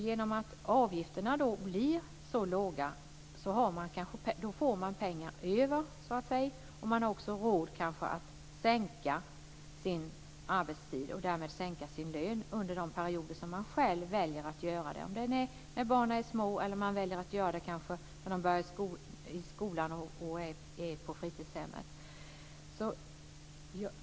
Genom att avgifterna då blir så låga får man pengar över och har också råd att sänka sin arbetstid och därmed sin lön under de perioder man själv väljer att göra det, om det nu är när barnen är små eller kanske när de börjar skolan och är på fritidshem.